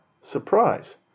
Surprise